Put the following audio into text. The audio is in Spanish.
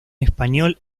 español